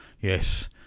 yes